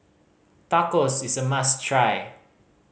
tacos is a must try